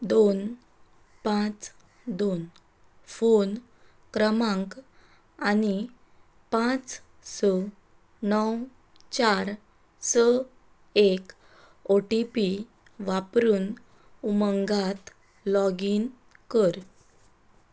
दोन पांच दोन फोन क्रमांक आनी पांच स णव चार स एक ओ टी पी वापरून उमंगात लॉगीन कर